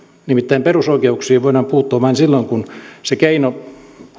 nimittäin perusoikeuksiin voidaan puuttua vain silloin kun se keino